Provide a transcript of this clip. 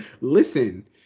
listen